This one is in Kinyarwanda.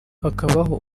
hakabaho